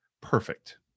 perfect